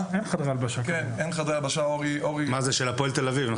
זה של הפועל תל אביב.